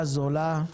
זולה,